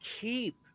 keep